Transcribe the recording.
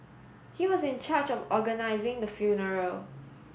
he was in charge of organising the funeral